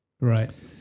Right